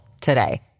today